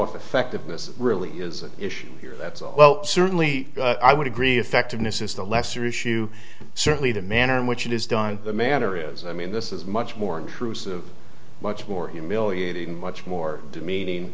effectiveness really is an issue here that's all well certainly i would agree effectiveness is the lesser issue certainly the manner in which it is done the manner is i mean this is much more intrusive much more humiliating much more demeaning